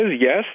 yes